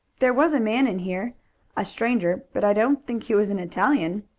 there was a man in here a stranger, but i don't think he was an italian.